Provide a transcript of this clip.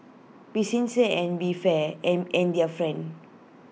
be sincere and be fear and and their friend